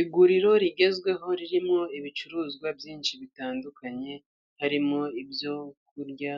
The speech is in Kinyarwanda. Iguriro rigezweho ririmo ibicuruzwa byinshi bitandukanye harimo: ibyo kurya